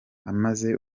amaze